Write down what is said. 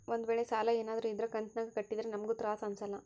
ಒಂದ್ವೇಳೆ ಸಾಲ ಏನಾದ್ರೂ ಇದ್ರ ಕಂತಿನಾಗ ಕಟ್ಟಿದ್ರೆ ನಮ್ಗೂ ತ್ರಾಸ್ ಅಂಸಲ್ಲ